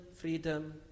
freedom